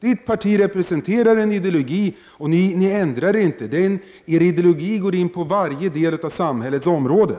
Hans parti representerar en viss ideologi och ändrar sig inte. Denna ideologi går in på alla delar av samhällets områden.